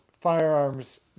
firearms